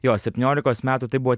jo septyniolikos metų tai buvo